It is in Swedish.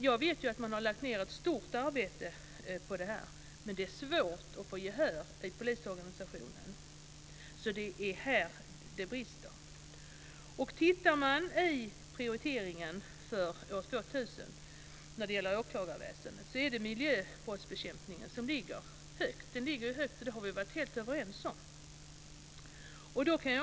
Jag vet att man har lagt ned ett stort arbete på detta, men jag vet att det är svårt att få gehör i polisorganisationen. Det är här det brister. I prioriteringen för år 2000 inom åklagarväsendet ligger bekämpningen av miljöbrott högt. Det har vi varit helt överens om.